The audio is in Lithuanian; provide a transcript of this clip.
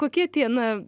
kokie tie na